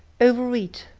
overeat,